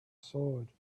sword